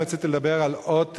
אני רציתי לדבר על אות,